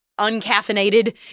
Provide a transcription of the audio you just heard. uncaffeinated